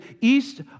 east